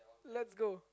let's go